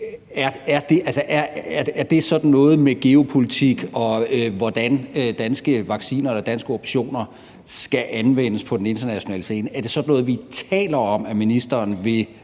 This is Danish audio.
være sådan noget med geopolitik, og hvordan danske vacciner eller danske optioner skal anvendes på den internationale scene? Er det sådan noget, vi taler om ministeren vil